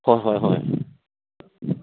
ꯍꯣꯏ ꯍꯣꯏ ꯍꯣꯏ